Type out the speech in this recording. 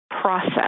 process